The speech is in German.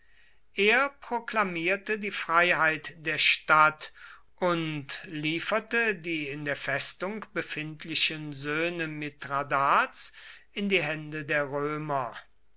er proklamierte die freiheit der stadt und lieferte die in der festung befindlichen söhne mithradats in die hände der römer